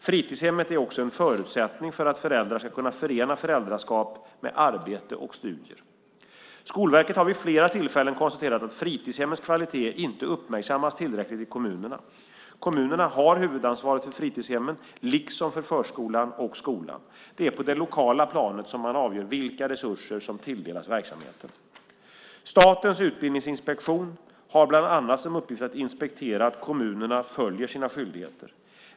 Fritidshemmet är också en förutsättning för att föräldrar ska kunna förena föräldraskap med arbete och studier. Skolverket har vid flera tillfällen konstaterat att fritidshemmens kvalitet inte uppmärksammas tillräckligt i kommunerna. Kommunerna har huvudansvaret för fritidshemmen liksom för förskolan och skolan. Det är alltså på det lokala planet som man avgör vilka resurser som tilldelas verksamheten. Statens utbildningsinspektion har bland annat som uppgift att inspektera att kommunerna följer sina skyldigheter.